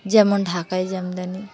যেমন ঢাকাই জামদানি